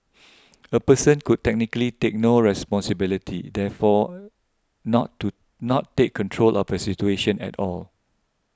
a person could technically take no responsibility therefore not to not take control of a situation at all